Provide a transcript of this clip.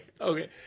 Okay